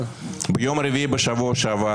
ביום רביעי בשבוע שעבר,